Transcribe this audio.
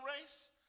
race